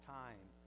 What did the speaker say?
time